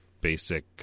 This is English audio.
basic